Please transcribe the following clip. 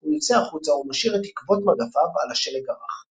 הוא יוצא החוצה ומשאיר את עקבות מגפיו על השלג הרך.